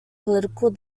political